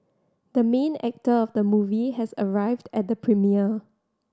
the main actor of the movie has arrived at the premiere